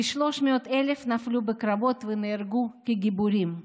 כ-300,000 נפלו בקרבות ונהרגו כגיבורים.